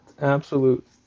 absolute